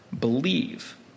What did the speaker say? believe